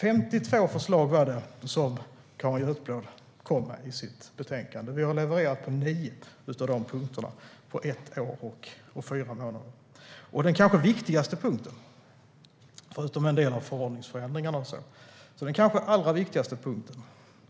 52 förslag kom Carin Götblad med i sitt betänkande. Vi har levererat på nio av dessa punkter på ett år och fyra månader. Den kanske allra viktigaste punkten, förutom en del av förhållningsförändringarna,